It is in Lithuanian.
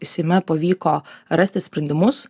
seime pavyko rasti sprendimus